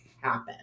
happen